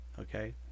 Okay